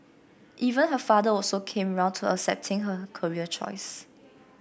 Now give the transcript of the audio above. even her father also came round to accepting her career choice